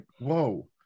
whoa